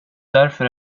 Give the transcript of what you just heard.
därför